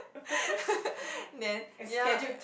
then ya